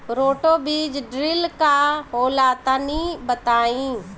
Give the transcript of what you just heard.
Roto बीज drill का होला तनि बताई?